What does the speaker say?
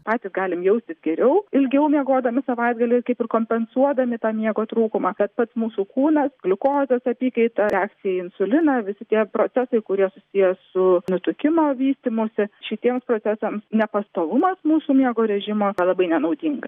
patys galim jaustis geriau ilgiau miegodami savaitgalį kaip ir kompensuodami tą miego trūkumą bet pats mūsų kūnas gliukozės apykaita reakcija į insuliną visi tie procesai kurie susiję su nutukimo vystymusi šitiems procesams nepastovumas mūsų miego režimo labai nenaudinga